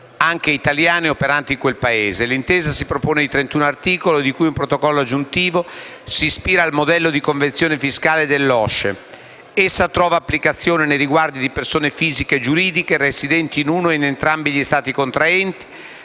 anche italiane, operanti in quel Paese. L'intesa si compone di 31 articoli e di un Protocollo aggiuntivo e si ispira al modello di convenzione fiscale dell'OSCE. Essa trova applicazione nei riguardi delle persone fisiche e giuridiche residenti in uno o entrambi gli Stati contraenti,